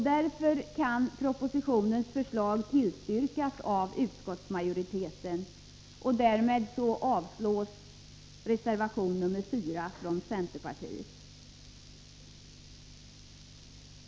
Därför kan propositionens förslag tillstyrkas av utskottsmajoriteten, och jag avstyrker reservation 4 från centerpartiet.